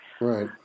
Right